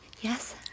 Yes